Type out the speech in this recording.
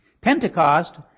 Pentecost